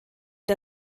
der